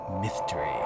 Mystery